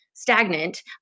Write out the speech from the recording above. stagnant